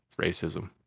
racism